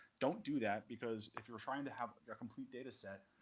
don't do that because if you're trying to have a complete data set,